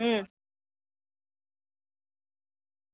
હુમ